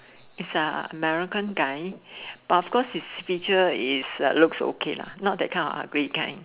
is ah American guy but of course his feature is uh looks okay lah not that kind of ugly kind